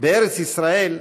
בארץ ישראל,